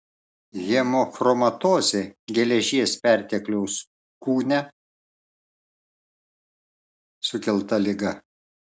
hemochromatozė geležies pertekliaus kūne sukelta liga